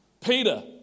Peter